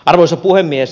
arvoisa puhemies